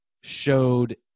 showed